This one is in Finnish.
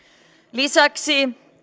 lisäksi